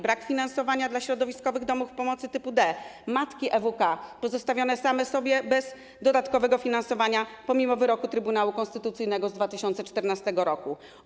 Brak finansowania dla środowiskowych domów pomocy typu D. Matki EWK pozostawione same sobie bez dodatkowego finansowania pomimo wyroku Trybunału Konstytucyjnego z 2014 r.